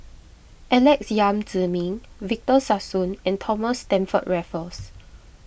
Alex Yam Ziming Victor Sassoon and Thomas Stamford Raffles